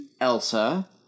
Elsa